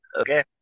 okay